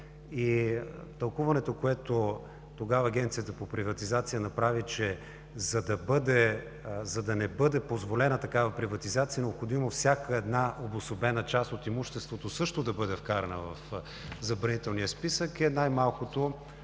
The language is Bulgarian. Тълкуването, което тогава Агенцията за приватизация и следприватизационен контрол направи – за да не бъде позволена такава приватизация, необходимо е всяка една обособена част от имуществото също да бъде вкарана в забранителния списък, е най-малкото